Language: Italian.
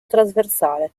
trasversale